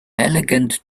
elegant